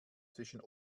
zwischen